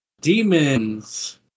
demons